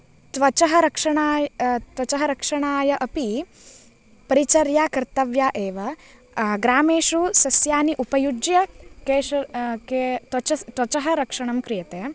त्वचः रक्षणाय् त्वचः रक्षणाय अपि परिचर्या कर्तव्या एव ग्रामेषु सस्यानि उपयुज्य केश के त्वचस त्वचः रक्षणं क्रियते